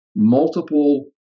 multiple